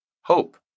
Hope